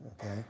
Okay